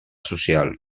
social